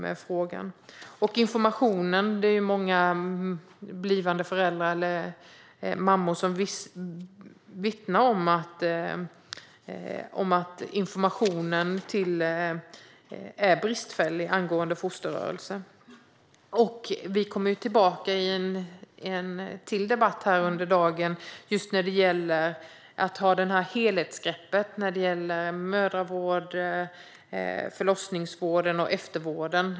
I fråga om informationen om fosterrörelser är det många föräldrar eller mammor som vittnar om att den är bristfällig. Jag och statsrådet kommer att ses i ännu en debatt under dagen, just när det gäller helhetsgreppet om mödravården, förlossningsvården och eftervården.